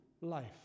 life